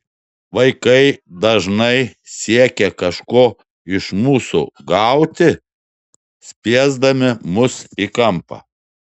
vaikai dažnai siekia kažko iš mūsų gauti spiesdami mus į kampą